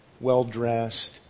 well-dressed